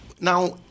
Now